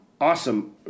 awesome